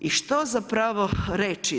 I što zapravo reći?